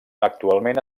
actualment